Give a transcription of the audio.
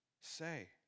say